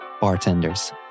bartenders